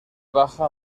baja